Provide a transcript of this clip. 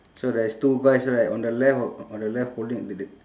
so there is two guys right on the left o~ on the left holding the the